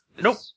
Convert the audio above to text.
Nope